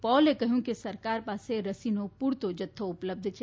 પોલે કહ્યું કે સરકાર પાસે રસીનો પૂરતો જથ્થો ઉપલબ્ધ છે